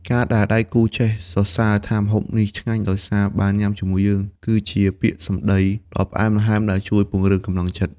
ការដែលដៃគូចេះសរសើរថាម្ហូបនេះឆ្ងាញ់ដោយសារបានញ៉ាំជាមួយយើង គឺជាពាក្យសម្ដីដ៏ផ្អែមល្ហែមដែលជួយពង្រឹងកម្លាំងចិត្ត។